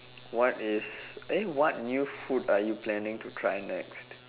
what is eh what new food are you planning to try next